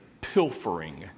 Pilfering